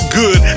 good